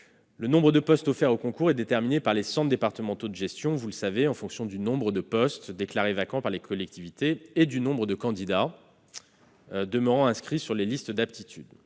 Le nombre de postes offerts aux concours est déterminé par les centres départementaux de gestion, en fonction du nombre de postes déclarés vacants par les collectivités et du nombre de candidats inscrits sur les listes d'aptitude.